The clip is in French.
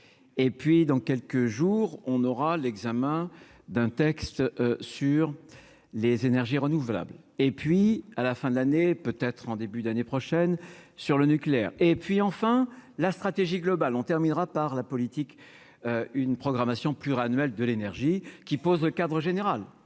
et puis dans quelques jours, on aura l'examen d'un texte sur les énergies renouvelables et puis à la fin de l'année, peut-être en début d'année prochaine sur le nucléaire et puis enfin la stratégie globale on terminera par la politique, une programmation pluriannuelle de l'énergie qui pose le cadre général